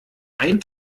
ein